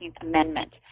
Amendment